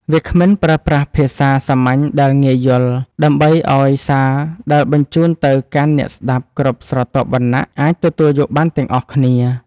វាគ្មិនប្រើប្រាស់ភាសាសាមញ្ញដែលងាយយល់ ដើម្បីឱ្យសារដែលបញ្ជូនទៅកាន់អ្នកស្ដាប់គ្រប់ស្រទាប់វណ្ណៈអាចទទួលយកបានទាំងអស់គ្នា។